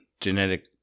genetic